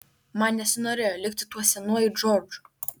man nesinorėjo likti tuo senuoju džordžu